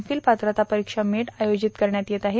fill पात्रता परिक्षा मेट आयोजित करण्यात आली आहे